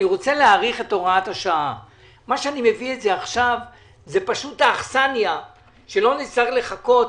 אני מביא את זה עכשיו כדי לתת אכסניה על מנת שלא נצטרך לחכות